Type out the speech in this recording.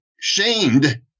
shamed